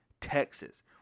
Texas